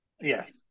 yes